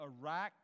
Iraq